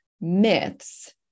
myths